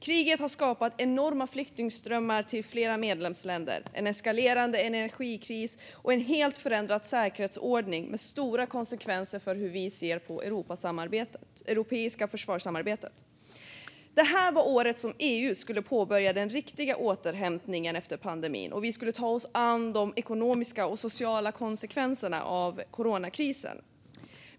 Kriget har skapat enorma flyktingströmmar till flera medlemsländer, en eskalerande energikris och en helt förändrad säkerhetsordning med stora konsekvenser för hur vi ser på det europeiska försvarssamarbetet. Detta var året då EU skulle påbörja den riktiga återhämtningen efter pandemin, och vi skulle ta oss an de ekonomiska och sociala konsekvenserna av coronakrisen.